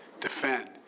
defend